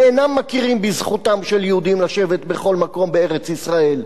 ואינם מכירים בזכותם של יהודים לשבת בכל מקום בארץ-ישראל,